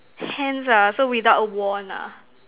hands ah so without a wand lah